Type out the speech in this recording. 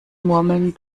murmeln